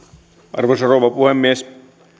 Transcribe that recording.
arvoisa rouva puhemies